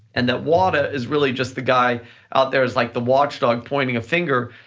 and that wada is really just the guy out there, is like the watchdog pointing a finger,